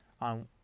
on